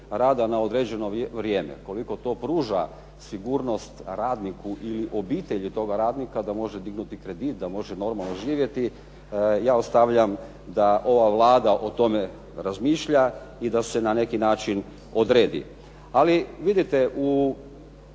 na određeno vrijeme. Koliko to pruža sigurnost radniku ili obitelji toga radnika da može dignuti kredit, da može normalno živjeti ja ostavlja da o tome ova Vlada razmišlja i da se na neki način odredi. Ali vidite o